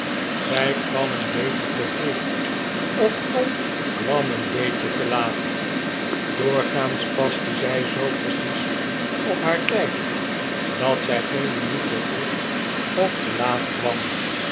zij kwam een beetje te vroeg of tom kwam een beetje te laat doorgaans paste zij zoo precies op haar tijd dat zij geen minuut te vroeg of te laat kwam